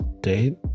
date